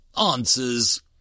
Answers